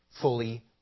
fully